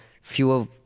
fewer